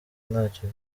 ntacyo